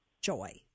joy